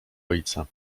ojca